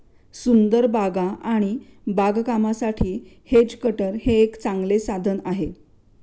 सुंदर बागा आणि बागकामासाठी हेज कटर हे एक चांगले साधन आहे